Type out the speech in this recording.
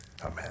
Amen